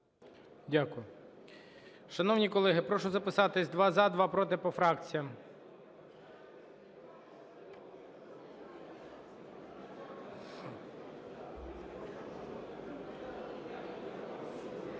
Дякую. Шановні колеги, прошу записатись два – за, два – проти по фракціям.